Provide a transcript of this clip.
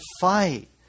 fight